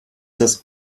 das